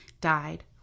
died